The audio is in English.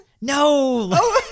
No